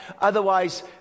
otherwise